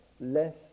less